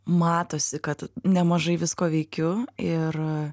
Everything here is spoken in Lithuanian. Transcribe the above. matosi kad nemažai visko veikiu ir